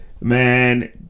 man